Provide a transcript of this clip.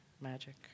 Magic